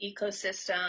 ecosystem